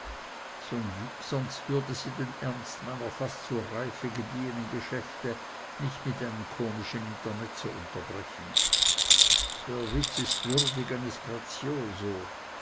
sonst würde sie den ernst meiner fast zur reife gediehenen geschäfte nicht mit einem komischen intermezzo unterbrechen der witz ist würdig eines